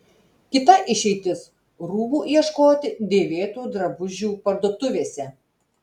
kita išeitis rūbų ieškoti dėvėtų drabužių parduotuvėse